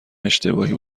اشتباهی